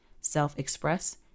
self-express